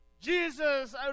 Jesus